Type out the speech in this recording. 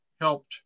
helped